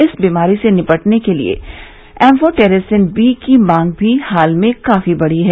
इस बीमारी से निपटने के लिए एम्फोटेरिसिन बी की मांग भी हाल ही में काफी बढ़ी है